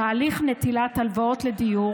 תהליך נטילת הלוואות לדיור הוא